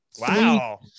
Wow